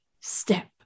Step